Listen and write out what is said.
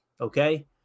Okay